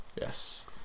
Yes